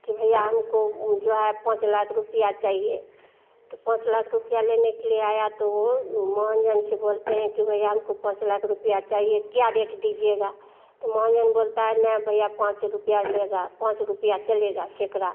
कि भईया हमको जो है पाँच लाख रुपया चाहिए तो पाँच लाख रुपया लेने के लिए आया तो वो महाजन से बोलते हैं कि भईया हमको पाँच लाख रुपया चाहिए क्या रेट दीजिएगा तो महाजन बोलता है ना भईया पाँच रुपया ले जा पाँच रुपया चलेगा सैकड़ा